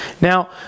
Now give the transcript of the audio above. Now